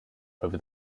over